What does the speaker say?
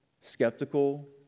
Skeptical